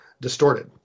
distorted